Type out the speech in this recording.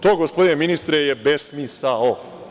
To, gospodine ministre, je besmisao.